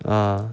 ah